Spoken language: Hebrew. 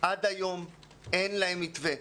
עד היום אין להם מתווה.